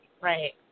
right